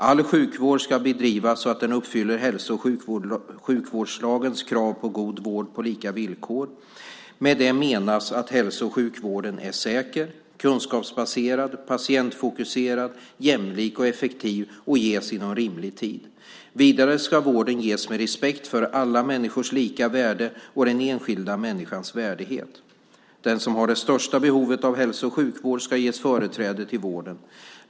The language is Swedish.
All sjukvård ska bedrivas så att den uppfyller hälso och sjukvårdslagens krav på en god vård på lika villkor. Med det menas att hälso och sjukvården är säker, kunskapsbaserad, patientfokuserad, jämlik och effektiv och ges inom rimlig tid. Vidare ska vården ges med respekt för alla människors lika värde och den enskilda människans värdighet. Den som har det största behovet av hälso och sjukvård ska ges företräde till vården.